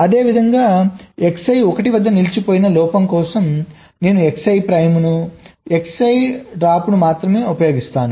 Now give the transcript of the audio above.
అదేవిధంగా Xi 1 వద్ద నిలిచిపోయిన లోపం కోసం నేను Xi ప్రైమ్ Xi డాష్ను మాత్రమే ఉపయోగిస్తాను